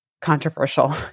Controversial